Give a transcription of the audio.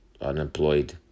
unemployed